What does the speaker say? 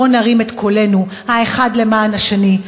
בוא נרים את קולנו אחד למען השני,